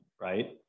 right